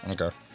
Okay